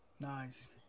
Nice